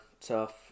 tough